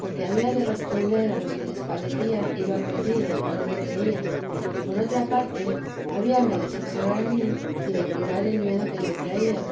porque había de responder a los que les parecía iba perdida y no le creían y por otra parte habíame de sosegar a mí y de curar el miedo que yo traía